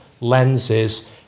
lenses